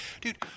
Dude